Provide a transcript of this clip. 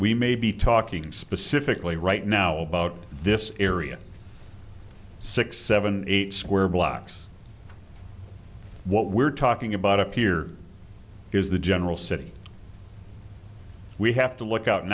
we may be talking specifically right now about this area six seven eight square blocks what we're talking about up here is the general city we have to look out